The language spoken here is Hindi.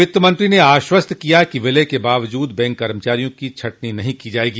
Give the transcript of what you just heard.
वित्त मंत्री ने आश्वस्त किया कि विलय के बावजूद बैंक कर्मचारियों की छटनी नहीं की जायेगी